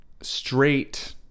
straight